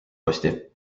posti